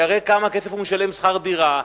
יראה כמה כסף הוא משלם שכר דירה,